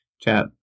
chat